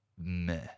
meh